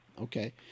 okay